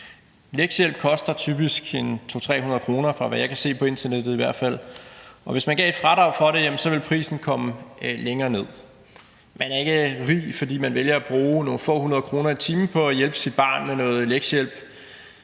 Lektiehjælp koster typisk 200-300 kr., ud fra hvad jeg kan se på internettet i hvert fald, og hvis man gav et fradrag for det, ville prisen komme længere ned. Man er ikke rig, fordi man vælger at bruge nogle få hundrede kroner i timen på at hjælpe sit barn med noget lektiehjælp.